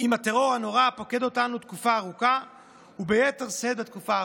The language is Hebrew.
עם הטרור הנורא הפוקד אותנו תקופה ארוכה וביתר שאת בתקופה האחרונה.